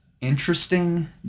interesting